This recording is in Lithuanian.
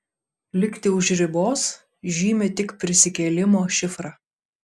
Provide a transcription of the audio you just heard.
likti už ribos žymi tik prisikėlimo šifrą